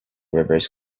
rivers